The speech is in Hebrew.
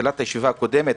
לדבר בישיבה הקודמת,